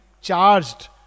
charged